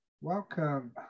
Welcome